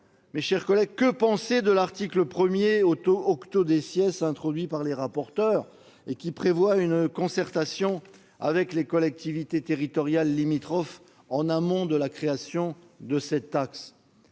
mes chers collègues, que penser de l'article 1 , introduit sur l'initiative des rapporteurs, qui prévoit une concertation avec les collectivités territoriales limitrophes en amont de la création de cette taxe ?